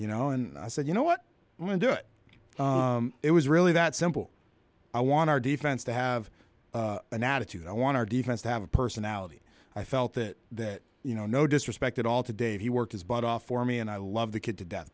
you know and i said you know what when did it was really that simple i want our defense to have an attitude i want our defense to have a personality i felt that that you know no disrespect at all to dave he worked his butt off for me and i love the kid to death